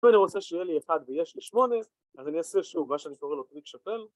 אם אני רוצה שיהיה לי אחד ויש לי שמונה אז אני אעשה שוב מה שאני קורא לו טריק שפל